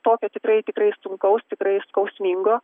tokio tikrai tikrai sunkaus tikrai skausmingo